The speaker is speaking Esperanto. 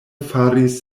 faris